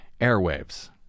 airwaves